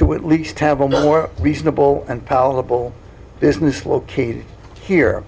to at least have a more reasonable and palatable business located here